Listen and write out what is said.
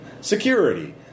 security